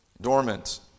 dormant